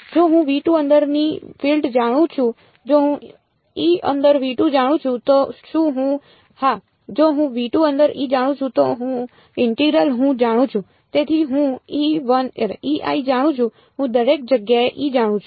જો હું અંદરનું ફીલ્ડ જાણું છું જો હું E અંદર જાણું છું તો શું હું હા જો હું અંદર E જાણું છું તો ઇન્ટિગરલ હું જાણું છું તેથી હું જાણું છું હું દરેક જગ્યાએ E જાણું છું